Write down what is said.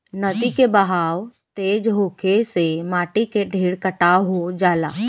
नदी के बहाव तेज होखे से माटी के ढेर कटाव हो जाला